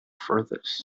furthest